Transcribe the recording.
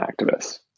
activists